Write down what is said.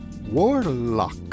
Warlock